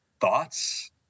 thoughts